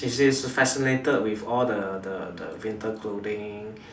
she she's fascinated with all the the the winter clothing